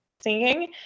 singing